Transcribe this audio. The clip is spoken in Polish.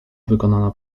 wykonana